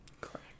Correct